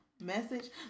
message